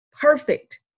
perfect